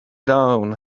down